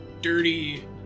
dirty